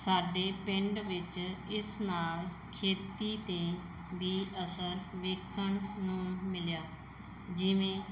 ਸਾਡੇ ਪਿੰਡ ਵਿੱਚ ਇਸ ਨਾਲ ਖੇਤੀ 'ਤੇ ਵੀ ਅਸਰ ਵੇਖਣ ਨੂੰ ਮਿਲਿਆ ਜਿਵੇਂ